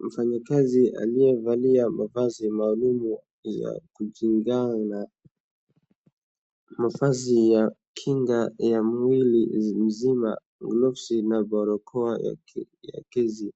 Mfanyikazi aliyevalia mavazi maalum ya kujingaa, mavazi ya kinga ya mwili mzima, gloves na barakoa ya gesi,